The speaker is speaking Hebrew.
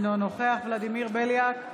אינו נוכח ולדימיר בליאק,